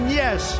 yes